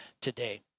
today